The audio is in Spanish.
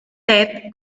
ted